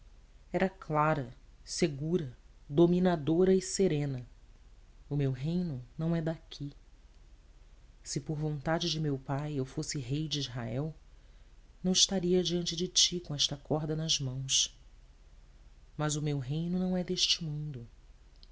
era clara segura dominadora e serena o meu reino não é daqui se por vontade de meu pai eu fosse rei de israel não estaria diante de ti com esta corda nas mãos mas o meu reino não é deste mundo